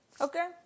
Okay